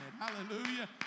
Hallelujah